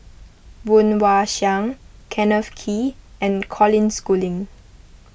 Woon Wah Siang Kenneth Kee and Colin Schooling